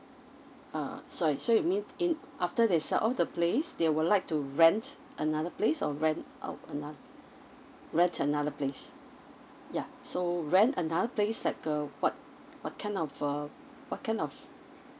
uh sorry so you mean in after they sell off the place they would like to rent another place or rent out ano~ rent another place ya so rent another place like uh what what kind of uh what kind of